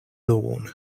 lawn